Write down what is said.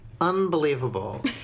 unbelievable